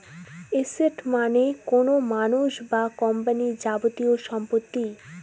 asset মানে কোনো মানুষ বা কোম্পানির যাবতীয় সম্পত্তি